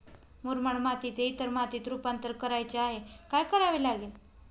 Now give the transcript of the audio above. मुरमाड मातीचे इतर मातीत रुपांतर करायचे आहे, काय करावे लागेल?